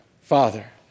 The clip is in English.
Father